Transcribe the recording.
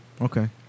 Okay